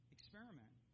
Experiment